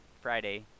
Friday